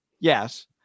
Yes